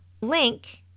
Link